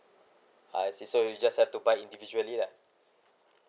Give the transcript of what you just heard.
I see so you just have to buy individually lah